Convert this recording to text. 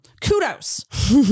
kudos